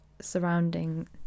surrounding